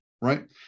right